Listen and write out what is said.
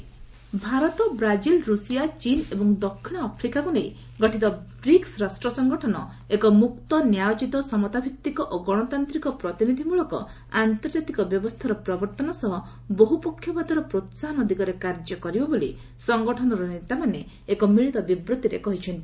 BRICS joint statement Bharat Brazil ରୁଷିଆ ଚୀନ୍ ଓ ଦକ୍ଷିଣ ଆଫ୍ରିକାକୁ ନେଇ ଗଠିତ ବ୍ରିକ୍ସ ରାଷ୍ଟ୍ର ସଂଗଠନ ଏକ ମୁକ୍ତ ନ୍ୟାୟୋଚିତ ସମତାଭିତ୍ତିକ ଓ ଗଣତାନ୍ତ୍ରିକ ପ୍ରତିନିଧିମୂଳକ ଆନ୍ତର୍ଜାତିକ ବ୍ୟବସ୍ଥାର ପ୍ରବର୍ତ୍ତନ ସହ ବହୁପକ୍ଷବାଦର ପ୍ରୋହାହନ ଦିଗରେ କାର୍ଯ୍ୟ କରିବ ବୋଲି ସଂଗଠନର ନେତାମାନେ ଏକ ମିଳିତ ବିବୃତ୍ତିରେ କହିଛନ୍ତି